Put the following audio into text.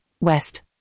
west